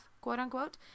quote-unquote